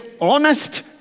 honest